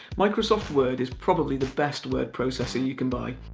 microsoft word is probably the best word processor you can buy.